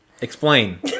Explain